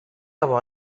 avoir